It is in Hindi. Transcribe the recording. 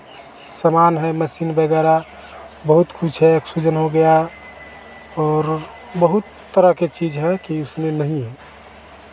सामान है मशीन वगैरह बहुत कुछ है ऑक्सीजन हो गया और बहुत तरह के चीज़ हैं कि उसमें नहीं है